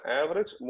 average